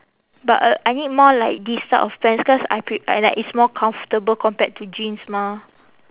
but uh I need more like this type of pants cause I pre~ I like it's more comfortable compared to jeans mah